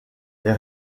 les